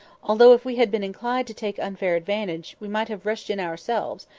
although, if we had been inclined to take unfair advantage, we might have rushed in ourselves,